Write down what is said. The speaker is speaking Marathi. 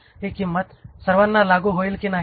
ही किंमत सर्वांना लागू होईल की नाही